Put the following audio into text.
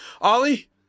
Ollie